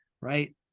right